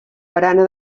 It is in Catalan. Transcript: barana